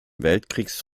weltkriegs